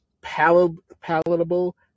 palatable